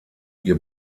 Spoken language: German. ihr